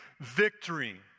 victory